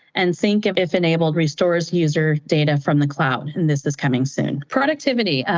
and sync, if if enabled, restores user data from the cloud, and this is coming soon. productivity,